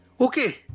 Okay